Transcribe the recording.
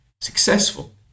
successful